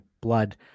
blood